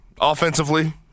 Offensively